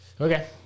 Okay